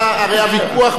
הרי הוויכוח ביניהם,